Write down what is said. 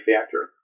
factor